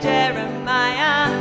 Jeremiah